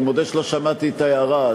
אני מודה שלא שמעתי את ההערה,